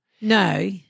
No